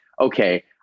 okay